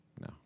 No